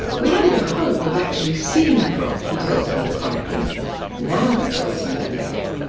we haven't a hope of actually seeing the frog, he tells me laconically now he tells me, i think.